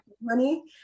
money